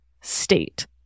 state